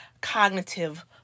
cognitive